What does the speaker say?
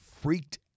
freaked